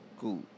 Cool